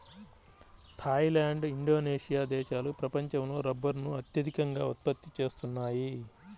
Thai land, Indonesia దేశాలు ప్రపంచంలో రబ్బరును అత్యధికంగా ఉత్పత్తి చేస్తున్నాయి